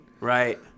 Right